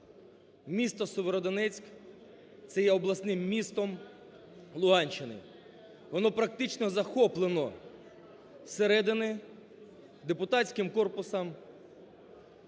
Місто Сєвєродонецьк – це є обласним містом Луганщини. Воно практично захоплено з середини депутатським корпусом.